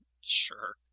Sure